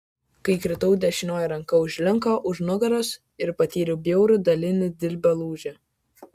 kai kritau dešinioji ranka užlinko už nugaros ir patyriau bjaurų dalinį dilbio lūžį